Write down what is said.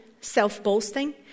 self-boasting